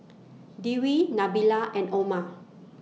Dewi Nabila and Omar